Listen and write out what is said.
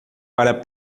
para